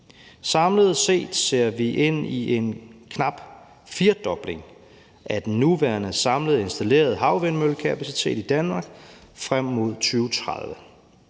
Samlet set ser vi ind i en knap firedobling af den nuværende samlede installerede havvindmøllekapacitet i Danmark frem mod 2030.